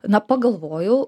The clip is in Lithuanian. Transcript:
na pagalvojau